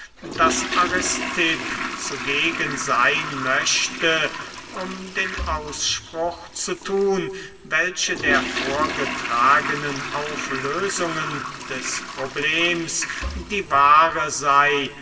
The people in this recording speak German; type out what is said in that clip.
daß aristipp zugegen seyn möchte um den ausspruch zu thun welche der vorgetragenen auflösungen des problems die wahre sey